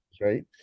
right